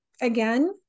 again